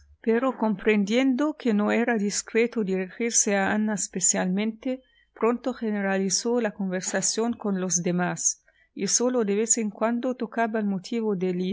pero comprendiendo que no era discreto dirigirse a ana especialmente pronto generalizó la conversación con los demás y sólo de vez en cuando tocaba el motivo